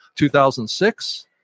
2006